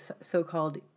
so-called